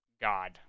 god